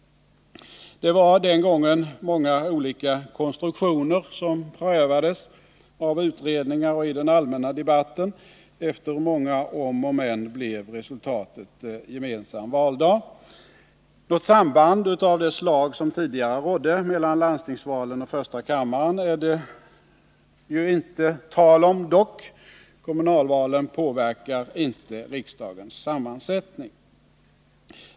Det var den gången många olika konstruktioner som prövades av utredningar och i den allmänna debatten. Efter många om och men blev resultatet gemensam valdag. Något samband av det slag som tidigare rådde mellan landstingsvalen 39 och första kammaren är det dock inte tal om. Kommunalvalen påverkar inte riksdagens sammansättning.